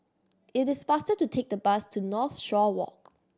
it is faster to take the bus to Northshore Walk